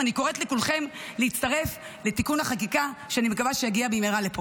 ואני קוראת לכולכם להצטרף לתיקון החקיקה שאני מקווה שיגיע לפה במהרה.